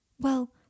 Well